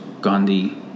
Gandhi